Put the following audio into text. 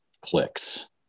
clicks